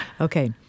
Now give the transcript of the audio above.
Okay